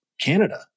Canada